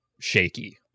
shaky